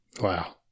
Wow